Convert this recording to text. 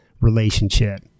relationship